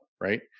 Right